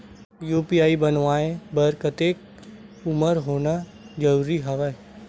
UPI बनवाय बर कतेक उमर होना जरूरी हवय?